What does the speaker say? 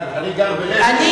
אני